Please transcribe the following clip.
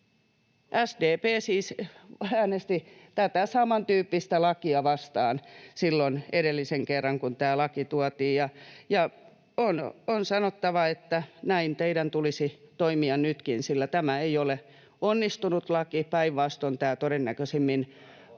SDP siis äänesti samantyyppistä lakia vastaan [Petri Huru: Ohhoh!] silloin edellisen kerran, kun tämä laki tuotiin. On sanottava, että näin teidän tulisi toimia nytkin, sillä tämä ei ole onnistunut laki. Päinvastoin tämä todennäköisimmin